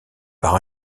par